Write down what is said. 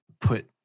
put